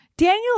Daniel